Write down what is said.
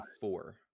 four